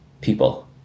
people